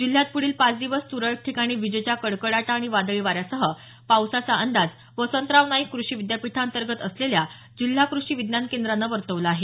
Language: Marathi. जिल्ह्यात पुढील पाच दिवस तुरळक ठिकाणी विजेच्या कडकडाट आणि वादळीवाऱ्यासह पावसाचा अंदाज वसंतराव नाईक कृषी विद्यापीठाअंतर्गत असलेल्या जिल्हा कृषी विज्ञान केंद्रान वर्तवला आहे